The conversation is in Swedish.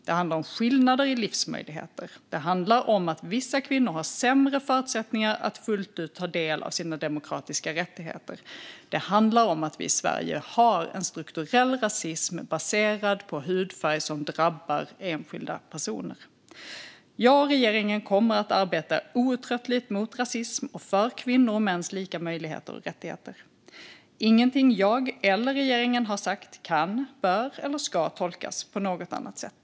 Det handlar om skillnader i livsmöjligheter. Det handlar om att vissa kvinnor har sämre förutsättningar att fullt ut ta del av sina demokratiska rättigheter. Det handlar om att vi i Sverige har en strukturell rasism, baserad på hudfärg, som drabbar enskilda personer. Jag och regeringen kommer att arbeta outtröttligt mot rasism och för kvinnors och mäns lika möjligheter och rättigheter. Ingenting jag eller regeringen har sagt kan, bör eller ska tolkas på något annat sätt.